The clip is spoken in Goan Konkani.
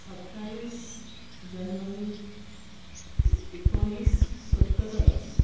सत्तावीस जानेवारी एकुणीस सत्तर ओरोस